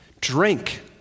Drink